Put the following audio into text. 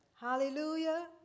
Hallelujah